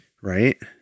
right